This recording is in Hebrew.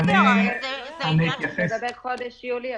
המורים יחזירו תשעה ימים במהלך חודש יולי.